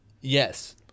Yes